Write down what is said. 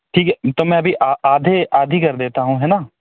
ठीक है तो मैं अभी आ आधे आधी कर देता हूँ है ना